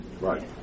right